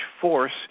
force